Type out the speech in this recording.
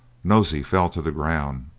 nosey fell to the ground,